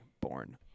born